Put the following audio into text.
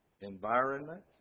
environment